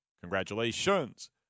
Congratulations